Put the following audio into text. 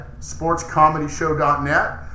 sportscomedyshow.net